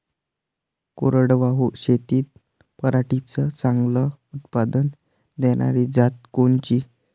कोरडवाहू शेतीत पराटीचं चांगलं उत्पादन देनारी जात कोनची?